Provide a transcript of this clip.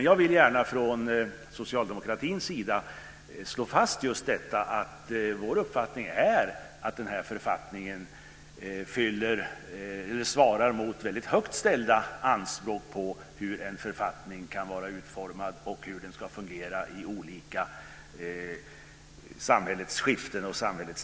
Jag vill gärna från socialdemokratins sida slå fast att vår uppfattning är att den här författningen svarar mot väldigt högt ställda anspråk på hur en författning kan vara utformad och hur den ska fungera i olika samhällsskiften och lägen.